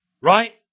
Right